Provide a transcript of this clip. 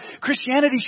Christianity